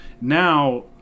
now